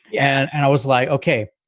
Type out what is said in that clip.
and and i was like, okay,